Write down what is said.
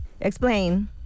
Explain